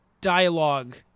dialogue